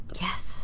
Yes